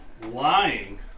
lying